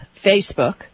facebook